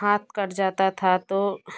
हाथ कट जाता था तो